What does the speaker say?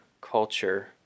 culture